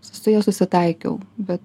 su ja susitaikiau bet